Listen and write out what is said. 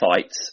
fights